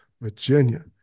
Virginia